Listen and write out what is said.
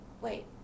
Wait